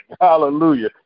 Hallelujah